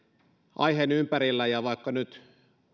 aiheen ympärillä ja vaikka nyt